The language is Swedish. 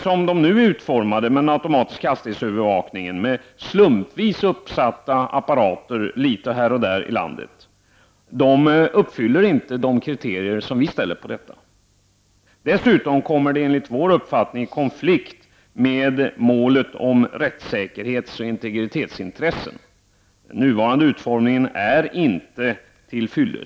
Men det sätt på vilket systemen för automatisk hastighetsövervakning nu är utformade — med slumpvis uppsatta apparater litet här och där runt om i landet — uppfyller inte de kriterier vi ställer. Dessutom kommer detta enligt vår uppfattning i konflikt med rättssäkerhetsoch integritetsintressen. Den nuvarande utformningen är inte till fyllest.